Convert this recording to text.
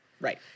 Right